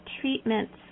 treatments